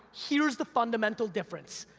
here's the fundamental difference,